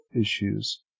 issues